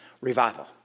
revival